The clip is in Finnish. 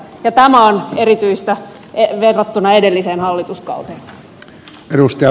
ja tämä on erityistä verrattuna edelliseen hallituskauteen